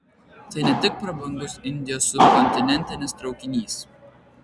tai ne tik prabangus indijos subkontinentinis traukinys